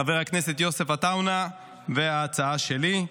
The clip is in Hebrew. חבר הכנסת יוסף עטאונה וההצעה שלי.